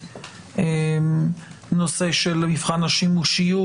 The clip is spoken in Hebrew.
נושא מבחן השימושיות,